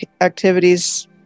activities